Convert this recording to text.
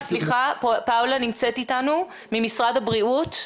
ממשרד הבריאות.